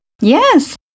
Yes